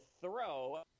throw